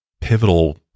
pivotal